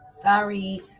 Sorry